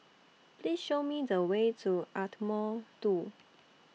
Please Show Me The Way to Ardmore two